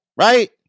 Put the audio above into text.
right